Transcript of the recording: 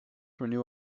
renew